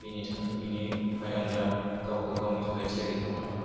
बेनि थाखाय बिनि थाखाय आं दा गावखौ गावनि थाखाय थियारि खालामनानै लाबाय